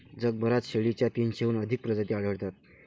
जगभरात शेळीच्या तीनशेहून अधिक प्रजाती आढळतात